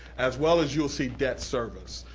as well as you'll see debt service.